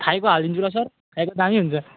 थाइको हालिदिन्छु ल सर थाइको दामी हुन्छ